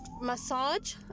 massage